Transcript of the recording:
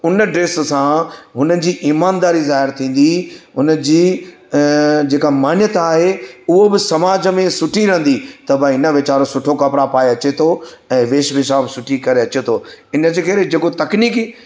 उन ड्रेस सां हुन जी ईमानदारी ज़ाहिरु थींदी उन जी जेका मान्यता आहे उहो बि समाज में सुठी रहंदी त भई हिन वीचारो सुठो कपिड़ा पाए अचे थो ऐं वेष भुषा बि सुठी करे अचे थो इन जे करे जेको तकनीकी